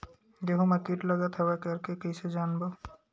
गेहूं म कीट लगत हवय करके कइसे जानबो?